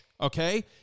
okay